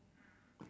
fully